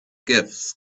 gifts